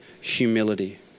humility